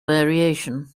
variation